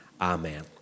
Amen